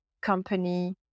company